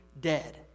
dead